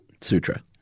Sutra